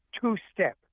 two-step